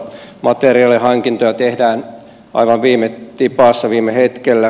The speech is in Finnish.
materiaalihankintoja tehdään aivan viime tipassa viime hetkellä